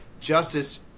justice